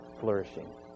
flourishing